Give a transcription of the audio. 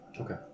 Okay